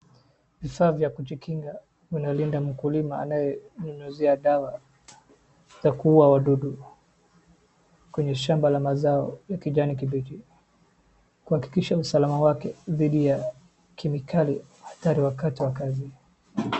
Vifaa vya kujikinga inalinda mkulima anayenyunyuzia dawa za kuua wadudu kwenye shamba la mazao ya kijani kibichi kuhakikisha usalama wake dhidi ya kemikali hatari wakati wa kazi.